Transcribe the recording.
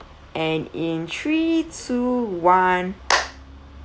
and in three two one